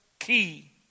key